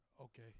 Okay